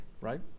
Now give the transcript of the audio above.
right